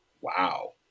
wow